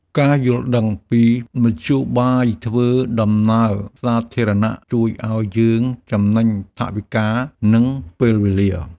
ការយល់ដឹងពីមធ្យោបាយធ្វើដំណើរសាធារណៈ ជួយឱ្យយើងចំណេញថវិកា និងពេលវេលា។